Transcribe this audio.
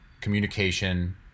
communication